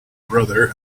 brother